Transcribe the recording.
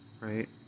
right